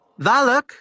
Valak